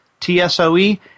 TSOE